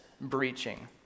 breaching